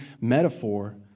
metaphor